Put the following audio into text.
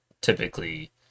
typically